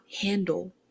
handle